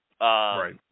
Right